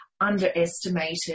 underestimated